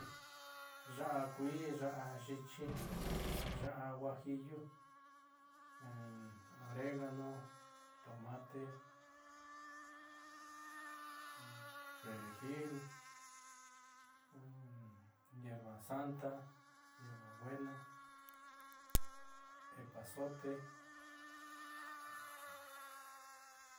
Ya'a kuii, ya'a yi'ixi, ya'a guajillo, oregano, tomate, peregil, hierbasanta, hierbabuena, epazote.